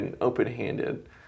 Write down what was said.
open-handed